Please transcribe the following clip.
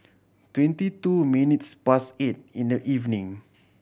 twenty two minutes past eight in the evening